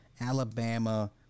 Alabama